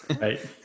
right